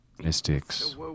Mystics